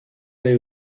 nahi